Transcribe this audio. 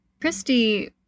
Christy